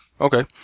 Okay